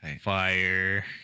Fire